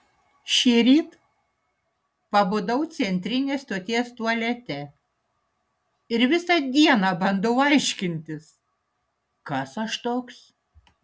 šįryt pabudau centrinės stoties tualete ir visą dieną bandau aiškintis kas aš toks